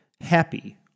happy